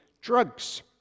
drugs